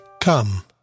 Come